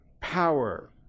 power